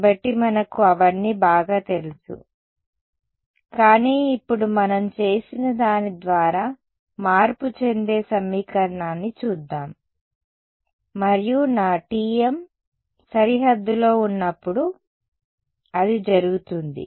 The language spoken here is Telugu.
కాబట్టి మనకు అవన్నీ బాగా తెలుసు కానీ ఇప్పుడు మనం చేసిన దాని ద్వారా మార్పు చెందే సమీకరణాన్ని చూద్దాం మరియు నా Tm సరిహద్దులో ఉన్నప్పుడు అది జరుగుతుంది